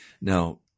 Now